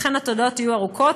לכן התודות יהיו ארוכות,